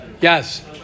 Yes